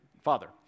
father